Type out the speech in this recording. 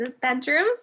bedrooms